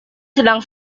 sedang